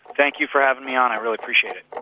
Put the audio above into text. thank you for having me on i really appreciate it